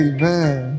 Amen